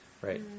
Right